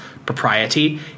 propriety